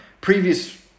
previous